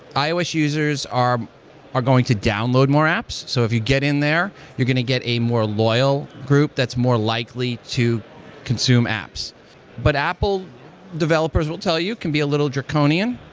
ios users are are going to download more apps. so if you get in there, you're going to get a more loyal group that's more likely to consume apps but apple developers will tell you, it can be a little draconian.